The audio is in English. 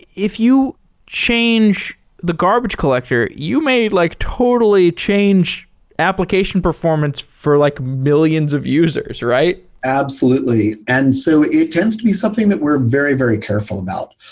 if you change the garbage collector, you may like totally change application performance for like millions of users, right? absolutely. and so it tends to be something that we're very, very careful about.